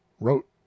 wrote